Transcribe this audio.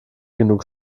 genug